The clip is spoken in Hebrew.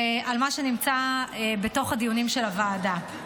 ולמה שנמצא בתוך הדיונים של הוועדה.